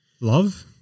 Love